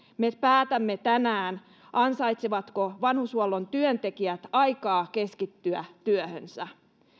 me päätämme tänään ansaitsevatko vanhushuollon työntekijät aikaa keskittyä työhönsä